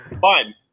Fine